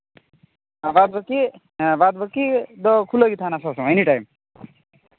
ᱟᱵᱟᱨ ᱫᱚ ᱪᱮᱫ ᱵᱟᱫᱽ ᱵᱟᱹᱠᱤ ᱫᱚ ᱠᱷᱩᱞᱟᱹᱣ ᱜᱮ ᱛᱟᱦᱮᱱᱟ ᱥᱚᱵᱽ ᱥᱚᱢᱚᱭ ᱮᱱᱤᱴᱟᱭᱤᱢ